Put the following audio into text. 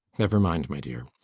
never mind, my dear.